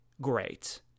great